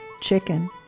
chicken